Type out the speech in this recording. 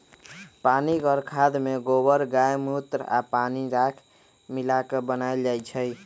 पनीगर खाद में गोबर गायमुत्र आ पानी राख मिला क बनाएल जाइ छइ